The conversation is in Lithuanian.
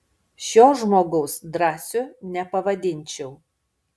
šio žmogaus drąsiu nepavadinčiau